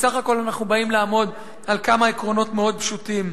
בסך הכול אנחנו באים לעמוד על כמה עקרונות מאוד פשוטים.